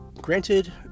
Granted